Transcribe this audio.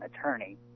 attorney